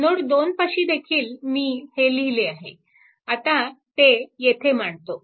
node 2 पाशी देखील मी हे लिहिले आहे आता ते येथे मांडतो